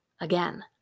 Again